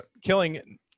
killing